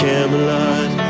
Camelot